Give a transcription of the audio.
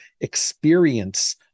experience